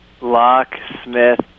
Locksmith